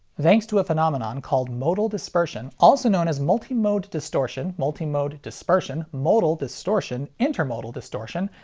thanks to a phenomenon called modal dispersion, also known as multimode distortion, multimode dispersion, modal distortion, intermodal distortion,